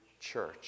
church